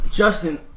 Justin